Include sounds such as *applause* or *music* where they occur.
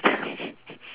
*laughs*